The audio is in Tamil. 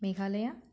மேகாலயா